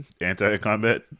anti-combat